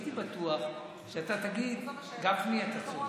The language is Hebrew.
הייתי בטוח שאתה תגיד: גפני, אתה צודק.